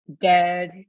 dead